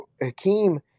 Hakeem